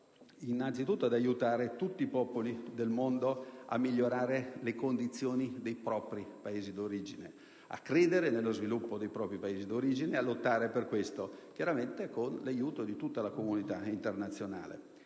innanzi tutto ad aiutare tutti i popoli del mondo a migliorare le condizioni dei propri Paesi d'origine, a credere nel loro sviluppo ed a lottare per questo, chiaramente con l'aiuto di tutta la comunità internazionale.